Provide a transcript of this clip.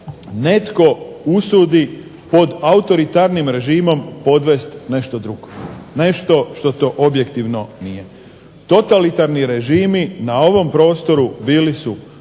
netko usudi pod autoritarnim režimom podvest nešto drugo, nešto što to objektivno nije. Totalitarni režimi na ovom prostoru bili su